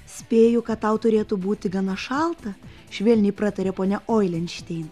spėju kad tau turėtų būti gana šalta švelniai pratarė ponia oilenštein